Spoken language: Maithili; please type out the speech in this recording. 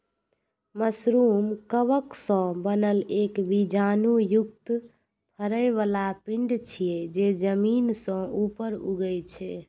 मशरूम कवक सं बनल एक बीजाणु युक्त फरै बला पिंड छियै, जे जमीन सं ऊपर उगै छै